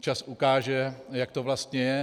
Čas ukáže, jak to vlastně je.